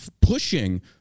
pushing